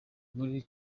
muri